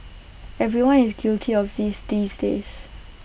everyone is guilty of these these days